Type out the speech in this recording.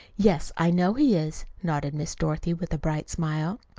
yes, i know he is, nodded miss dorothy with a bright smile.